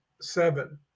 Seven